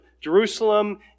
Jerusalem